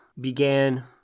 began